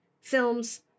films